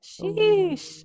sheesh